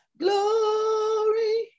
glory